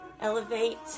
Elevate